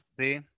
see